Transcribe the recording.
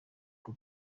kwa